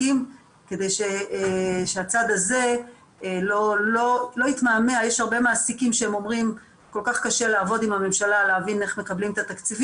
היעד שלנו הוא 200 משרות בתקציב